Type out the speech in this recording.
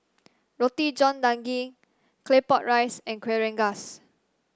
Roti John Daging Claypot Rice and Kueh Rengas